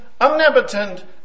omnipotent